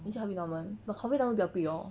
你喜欢 harvey norman but harvey norman 比较贵 lor